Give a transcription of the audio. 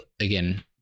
again